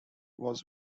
was